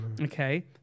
Okay